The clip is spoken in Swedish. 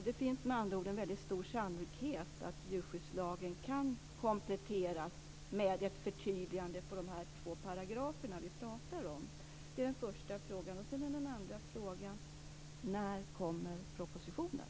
Det finns med andra ord stor sannolikhet att djurskyddslagen kan kompletteras med ett förtydligande av de två paragrafer som vi talar om? Det är den första frågan. Den andra frågan är: När kommer propositionen?